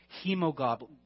hemoglobin